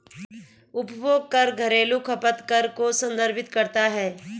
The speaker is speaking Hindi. उपभोग कर घरेलू खपत कर को संदर्भित करता है